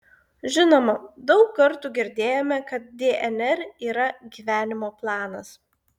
žinoma daug kartų girdėjome kad dnr yra gyvenimo planas